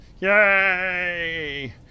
Yay